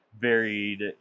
varied